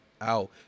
out